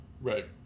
Right